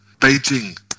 Beijing